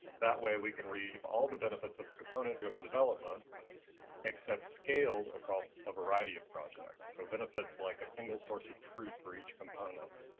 that way we can reap all the benefits of component driven development except scaled across a variety of projects. so benefits like a single source of truth for each component.